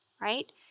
right